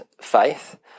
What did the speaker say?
faith